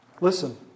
Listen